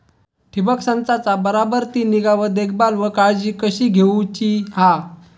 ठिबक संचाचा बराबर ती निगा व देखभाल व काळजी कशी घेऊची हा?